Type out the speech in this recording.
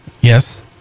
Yes